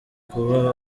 kuba